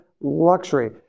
luxury